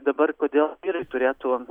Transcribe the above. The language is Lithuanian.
dabar kodėl vyrai turėtų